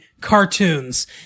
cartoons